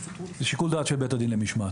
זה שיקול דעת של בית הדין למשמעת.